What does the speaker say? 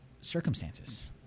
circumstances